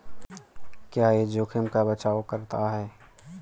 क्या यह जोखिम का बचाओ करता है?